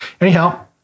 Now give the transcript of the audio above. Anyhow